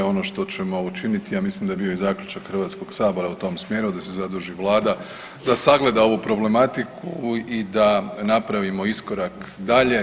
Ono što ćemo učiniti, ja mislim da je bio i zaključak HS u tom smjeru da se zaduži vlada da sagleda ovu problematiku i da napravimo iskorak dalje.